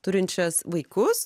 turinčias vaikus